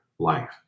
life